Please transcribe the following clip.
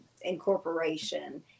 incorporation